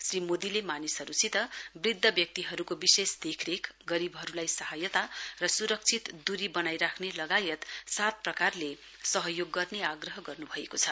श्री मोदीले मानिसहरुसित वृध्द व्यक्तिहरुको विशेष देखरेख गरीबहरुलाई सहायता र सुरक्षित दूरी बनाइ राख्ने लगायत सात प्रकारले सहयोग गर्ने आग्रह गर्नुभएको छ